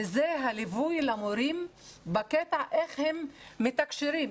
וזה הליווי למורים בקטע איך הם מתקשרים,